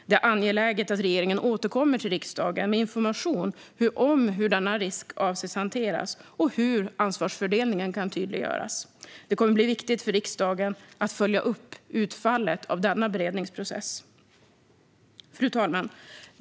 Det är angeläget att regeringen återkommer till riksdagen med information om hur man avser att hantera denna risk och hur ansvarsfördelningen kan tydliggöras. Det kommer att bli viktigt för riksdagen att följa upp utfallet av denna beredningsprocess. Fru talman!